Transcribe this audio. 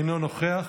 אינו נוכח,